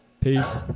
Peace